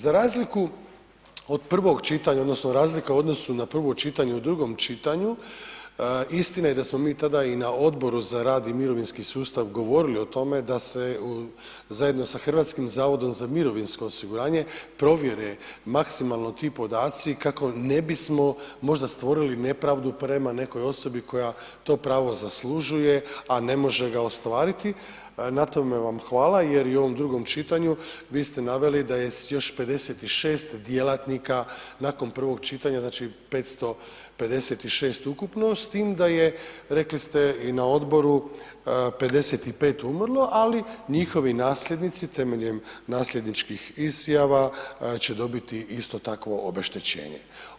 Za razliku od prvog čitanja odnosno razlika u odnosu na prvo čitanje, u drugom čitanju, istina je da smo mi tada i na Odboru za rad i mirovinski sustav govorili o tome da se zajedno sa HZMO-om provjere maksimalno ti podaci kako ne bismo možda stvorili nepravdu prema nekoj osobi koja to pravo zaslužuje, a ne može ga ostvariti, na tome vam hvala jer i u ovom drugom čitanju vi ste naveli da je s još 56 djelatnika nakon prvog čitanja, znači 556 ukupno s tim da je, rekli ste, i na odboru 55 umrlo, ali njihovi nasljednici temeljem nasljedničkih izjava će dobiti isto takvo obeštećenje.